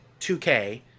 2K